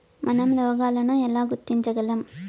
మనం రోగాలను ఎలా గుర్తించగలం?